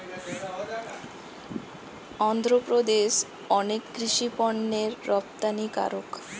অন্ধ্রপ্রদেশ অনেক কৃষি পণ্যের রপ্তানিকারক